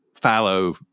fallow